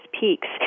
peaks